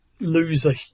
loser